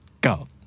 Go